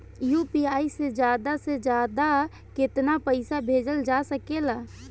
UPI से ज्यादा से ज्यादा केतना पईसा भेजल जा सकेला?